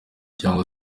cyangwa